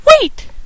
wait